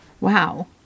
Wow